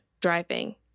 driving